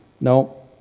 No